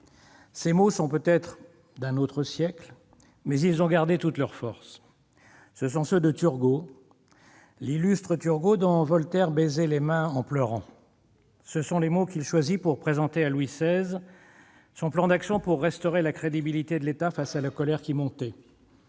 ces mots sont peut-être d'un autre siècle, mais ils ont gardé toute leur force. Ce sont ceux de l'illustre Turgot, dont Voltaire baisait les mains en pleurant. Ce sont les mots qu'il choisit pour présenter à Louis XVI son plan d'action destiné à restaurer la crédibilité de l'État face à la colère qui montait.